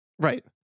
right